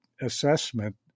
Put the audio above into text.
assessment